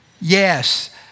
Yes